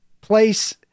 place